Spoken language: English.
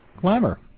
Glamour